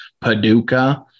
Paducah